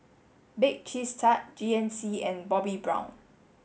bake Cheese Tart G N C and Bobbi Brown